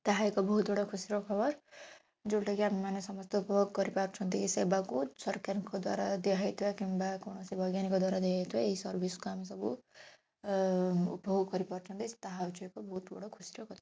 ତାହା ଏକ ବହୁତ ବଡ଼ ଖୁସିର ଖବର ଯେଉଁଟା କି ଆମ୍ଭେମାନେ ସମସ୍ତେ ଉପଭୋଗ କରିପାରୁଛନ୍ତି ସେବାକୁ ସରକାରଙ୍କର ଦ୍ୱାରା ଦିଆ ହେଇଥିବା କିମ୍ବା କୌଣସି ବୈଜ୍ଞାନିକ ଦ୍ୱାରା ଦିଆହେଇଥିବା ଏହି ସର୍ଭିସ୍କୁ ଆମେ ସବୁ ଉପଭୋଗ କରିପାରୁଛନ୍ତି ତାହା ହେଉଛି ଏକ ଗୁରୁତ୍ୱପୂର୍ଣ୍ଣ ଖୁସିର କଥା